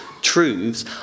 truths